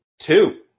Two